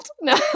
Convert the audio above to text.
No